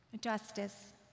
justice